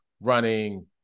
running